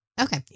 Okay